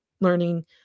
learning